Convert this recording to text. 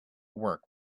work